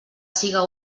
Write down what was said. siga